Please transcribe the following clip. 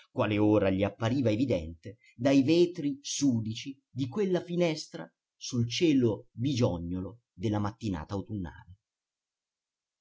quale ora gli appariva evidente dai vetri sudici di quella finestra sul cielo bigiognolo della mattinata autunnale